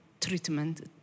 treatment